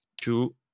two